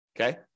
Okay